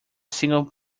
single